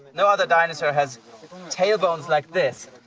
no other dinosaur has tailbones like this.